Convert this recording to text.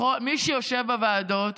מי שיושב בוועדות,